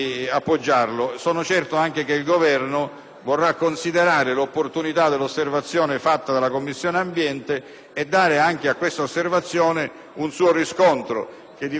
vorrà considerare l'opportunità dell'osservazione fatta dalla Commissione ambiente e dare anche a questa osservazione un suo riscontro. Diversamente, signor Presidente, le Commissioni